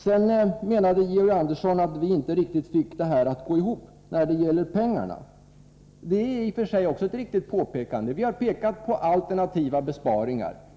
Georg Andersson menade att vi inte fick vårt resonemang att gå ihop när det gällde pengarna. Det är i och för sig också ett riktigt påpekande. Vi har pekat på alternativa besparingar.